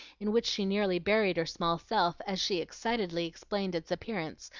in which she nearly buried her small self as she excitedly explained its appearance,